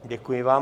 Děkuji vám.